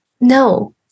No